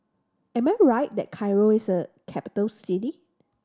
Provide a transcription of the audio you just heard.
am I right that Cairo is a capital city